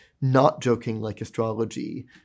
not-joking-like-astrology